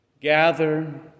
gather